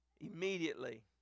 immediately